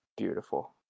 Beautiful